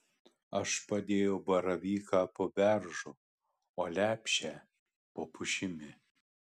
aš padėjau baravyką po beržu o lepšę po pušimi